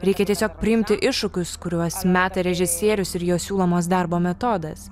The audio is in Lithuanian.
reikia tiesiog priimti iššūkius kuriuos meta režisierius ir jo siūlomas darbo metodas